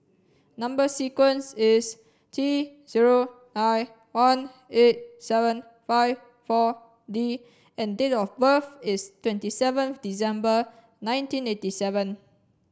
number sequence is T zero nine one eight seven five four D and date of birth is twenty seventh December nineteen eighty seven